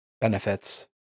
benefits